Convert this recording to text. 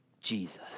Jesus